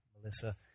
Melissa